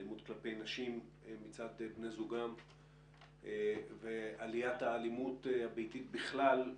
אלימות כלפי נשים מצד בני זוגן ועליית האלימות הביתית בכלל,